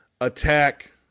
attack